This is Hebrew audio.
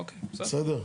אוקיי, בסדר.